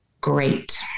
great